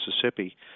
Mississippi